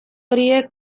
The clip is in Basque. horiek